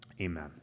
amen